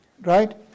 right